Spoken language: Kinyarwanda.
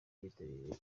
ryitabiriwe